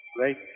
right